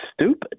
stupid